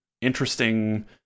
interesting